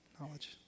Knowledge